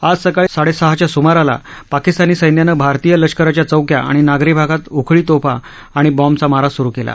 आज सकाळी साडे सहाच्या सुमाराला पाकिस्तानी सैन्यानं भारतीय लष्कराच्या चौक्या आणि नागरी भागात उखळी तोफा आणि बाँबचा मारा सुरु केला